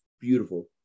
beautiful